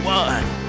one